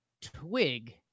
twig